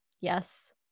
Yes